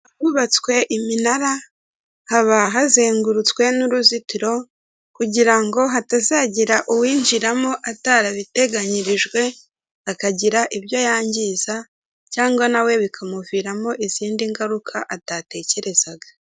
Ahubatswe iminara haba hazengurutswe n'uruzitiro kugirango hatazagira uwinjiramo atarabiteganyirijwe, akagira ibyo yangiza cyangwa nawe bikamuviramo izindi ngaruka atatekerezaga.